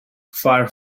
fire